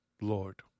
Lord